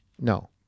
No